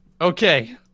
Okay